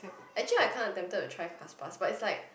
actually I kinda tempted to try class pass is like